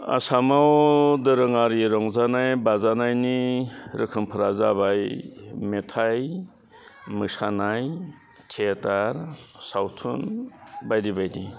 आसामाव दोरोङारि रंजानाय बाजानायनि रोखोमफ्रा जाबाय मेथाइ मोसानाय थियेटार सावथुन बायदि बायदि